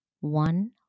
one